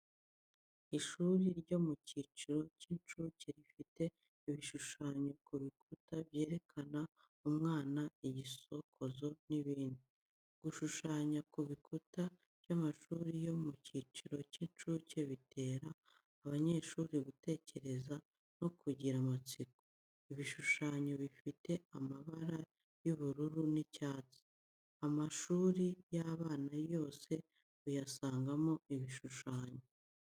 Ishuri ryo mu cyiciro cy'incuke rifite ibishushanyo ku bikuta byerekana umwana, igisokozo n'ibindi. Gushushanya ku bikuta by'amashuri yo mu cyiciro cy'incuke bitera abanyeshuri gutekereza no kugira amatsiko. Ibishushanyo bifite amabara y'ubururu n'icyatsi. Amashuri y'abana yose uyasangamo ibishushanyo.